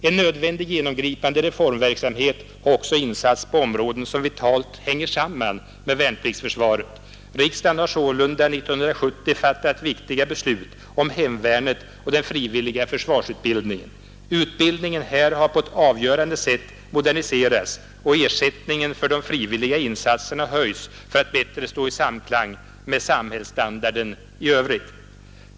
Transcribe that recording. En nödvändig, genomgripande reformverksamhet har också satts in på områden som vitalt hänger samman med värnpliktsförsvaret. Riksdagen har sålunda 1970 fattat viktiga beslut om hemvärnet och den frivilliga försvarsutbildningen. Utbildningen här har på ett avgörande sätt moderniserats och ersättningen för de frivilliga insatserna har höjts för att bättre stå i samklang med samhällsstandarden i övrigt.